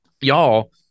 Y'all